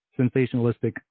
sensationalistic